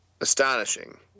astonishing